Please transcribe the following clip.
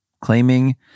Claiming